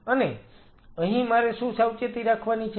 અને અહીં મારે શું સાવચેતી રાખવાની છે